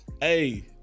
Hey